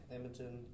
Edmonton